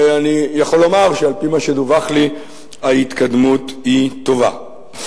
ואני יכול לומר שעל-פי מה שדווח לי ההתקדמות היא טובה.